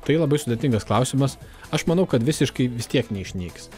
tai labai sudėtingas klausimas aš manau kad visiškai vis tiek neišnyks